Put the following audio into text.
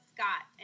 Scott